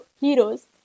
heroes